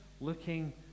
looking